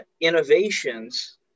innovations